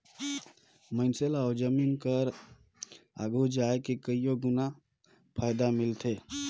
मइनसे ल ओ जमीन कर आघु जाए के कइयो गुना फएदा मिलथे